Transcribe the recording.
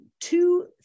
two